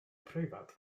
preifat